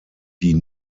die